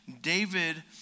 David